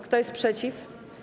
Kto jest przeciw?